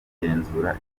kugenzura